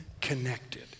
Connected